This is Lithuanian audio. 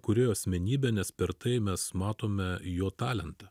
kūrėjo asmenybė nes per tai mes matome jo talentą